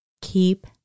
Keep